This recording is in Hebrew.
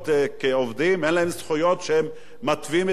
אין להם זכויות שהם מתווים את החיים שלהם,